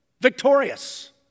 victorious